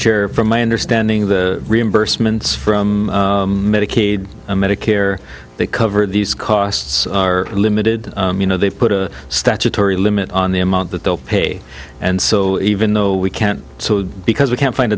chair from my understanding the reimbursements from medicaid and medicare they cover these costs are limited you know they've put a statutory limit on the amount that they'll pay and so even though we can't because we can't find